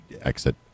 exit